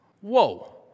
Whoa